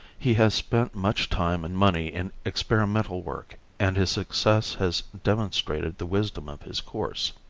he has spent much time and money in experimental work, and his success has demonstrated the wisdom of his course.